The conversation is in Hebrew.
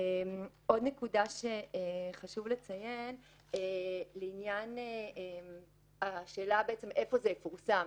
עוד נקודה שחשוב לציין היא לעניין השאלה איפה זה יפורסם.